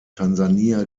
tansania